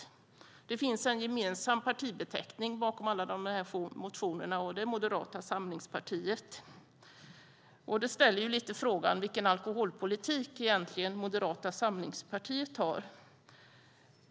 Det finns en gemensam partibeteckning bakom alla de här motionerna. Det är Moderata samlingspartiet. Det ställer ju lite frågan vilken alkoholpolitik Moderata samlingspartiet egentligen har.